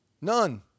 None